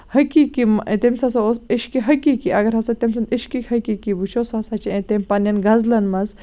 حٔقیٖٮقی تٔمِس ہسا اوس عشقیہِ حٔقیٖقی اَگر ہسا تٔمۍ سُنٛد عشقیہِ حٔقیٖقی وُچھو سُہ ہسا چھُ تٔمۍ پَنٕنیٚن غزلن منٛز